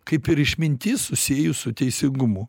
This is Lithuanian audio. kaip ir išmintis susijus su teisingumu